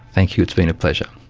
thank you, it's been a pleasure.